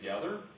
together